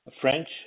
French